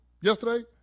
yesterday